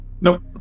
Nope